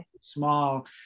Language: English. small